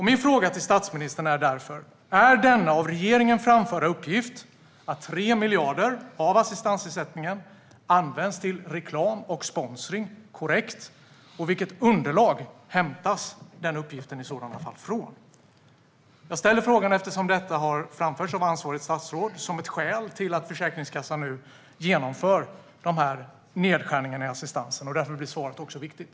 Min fråga till statsministern är därför: Är denna av regeringen framförda uppgift - att 3 miljarder används till reklam och sponsring - korrekt, och vilket underlag har denna uppgift i så fall hämtats från? Jag ställer frågan eftersom detta har framförts av ansvarigt statsråd som ett skäl till att Försäkringskassan nu genomför nedskärningar i assistansen. Därför blir svaret viktigt.